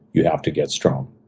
you have to get strong.